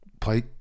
play